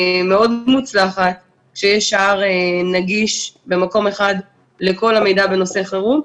מאוד מוצלחת שיש שער נגיש במקום אחד לכל המידע בנושא חירום.